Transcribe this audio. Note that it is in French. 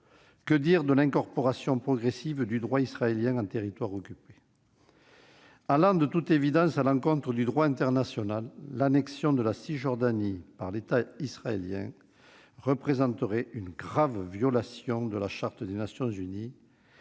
que dire de l'incorporation progressive du droit israélien en territoires occupés ? Allant de toute évidence à l'encontre du droit international, l'annexion de la Cisjordanie par l'État israélien représenterait une grave violation de la Charte des Nations unies